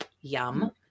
Yum